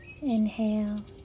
Inhale